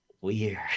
Weird